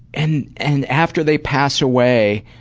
and and after they pass away,